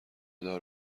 دار